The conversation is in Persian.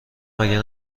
مگه